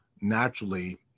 naturally